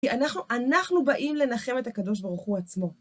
כי אנחנו באים לנחם את הקדוש ברוך הוא עצמו.